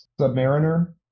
Submariner